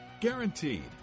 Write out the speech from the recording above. Guaranteed